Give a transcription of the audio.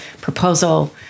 proposal